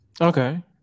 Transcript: Okay